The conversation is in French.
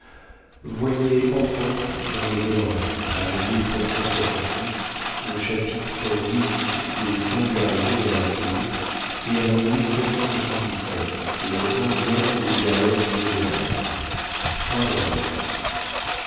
voyez entre autres dans les mélanges année le chapitre xviii des singularités de la nature et année le onzième des dialogues d'evhémère